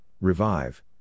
revive